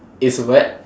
it's wet